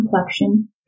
complexion